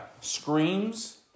screams